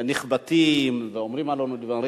נחבטים ואומרים עלינו דברים.